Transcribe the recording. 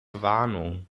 warnung